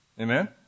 Amen